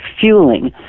fueling